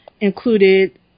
included